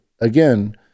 again